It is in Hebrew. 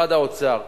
משרד האוצר,